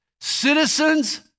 Citizens